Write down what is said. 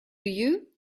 you